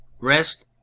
REST